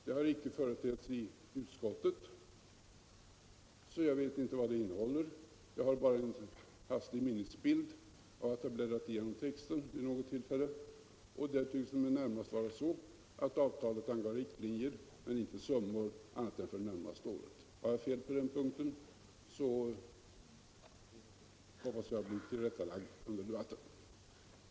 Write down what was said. Det har icke företetts i utskottet, så jag vet inte vad det innehåller. Jag har bara en minnesbild av att jag som hastigast bläddrat igenom texten vid något tillfälle. Det tycks närmast vara så att avtalet anger riktlinjer men inte summor för annat än det närmaste året. Har jag fel på den punkten hoppas jag att bli tillrättalagd under debatten.